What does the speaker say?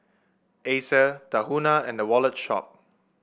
Acer Tahuna and The Wallet Shop